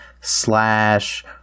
slash